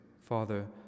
Father